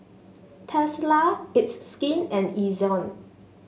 Tesla It's Skin and Ezion